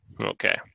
Okay